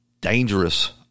dangerous